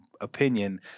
opinion